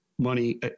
Money